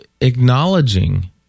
acknowledging